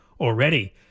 already